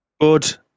Good